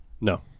No